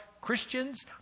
Christians